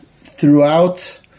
throughout